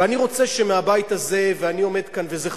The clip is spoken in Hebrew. ואני רוצה שמהבית הזה, ואני עומד כאן, וזה חשוב,